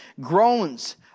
groans